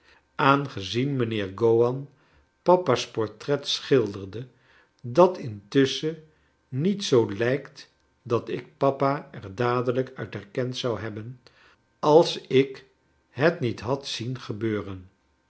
aangezien mijnheer gowan papa's portret schilderde dat intusschen niet zoo lijkt dat ik papa er dadelijk uit herkend zou hebben als ik het niet had zien gebeuren